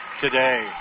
today